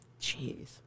Jeez